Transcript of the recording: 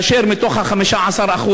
ומתוך ה-15%,